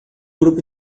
grupo